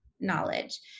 knowledge